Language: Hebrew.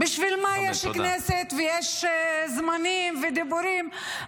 בשביל מה יש כנסת ויש זמנים ודיבורים?